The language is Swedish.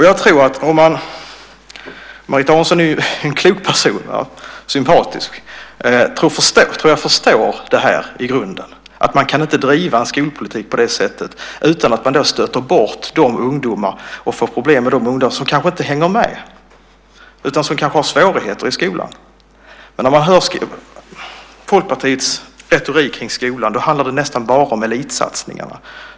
Jag tror att Marita Aronson, som är en klok och sympatisk person, i grunden förstår att man inte kan driva en skolpolitik på det sättet utan att stöta bort och få problem med de ungdomar som kanske inte hänger med utan kanske har svårigheter i skolan. När man hör Folkpartiets retorik kring skolan handlar det nästan bara om elitsatsningarna.